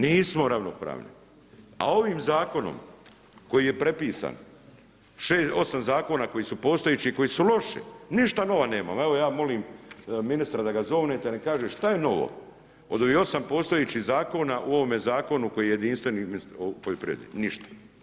Nismo ravnopravni, a ovim zakonom koji je prepisan, 8 zakona koji su postojeći, koji su loši, ništa novo nemamo, evo ja molim ministra da ga zovnete, da im kaže, što je novo, od ovih 8 postojećih zakona, u ovome zakonu koji je jedinstven u poljoprivredi, ništa.